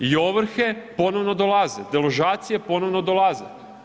I ovrhe ponovno dolaze, deložacije ponovno dolaze.